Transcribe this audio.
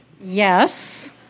Yes